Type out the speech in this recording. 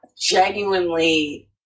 genuinely